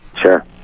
Sure